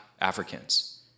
Africans